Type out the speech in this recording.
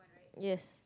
yes